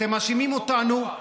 אתם מאשימים אותנו,